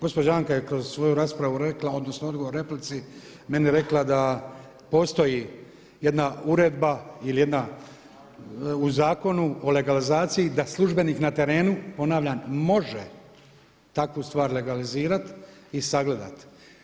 Gospođa Anka je kroz svoju raspravu rekla odnosno odgovor replici meni rekla da postoji jedna uredba ili jedna u zakonu o legalizaciji da službenik na terenu, ponavljam može takvu stvar legalizirati i sagledati.